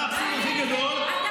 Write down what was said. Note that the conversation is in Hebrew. מה האבסורד הכי גדול?